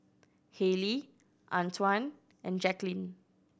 Haylie Antwan and Jaqueline